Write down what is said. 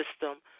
system